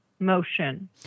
motion